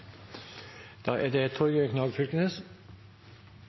Da har representanten Torgeir Knag Fylkesnes